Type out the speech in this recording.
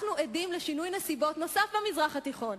אנחנו עדים לשינוי נסיבות נוסף במזרח התיכון.